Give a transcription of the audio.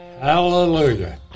Hallelujah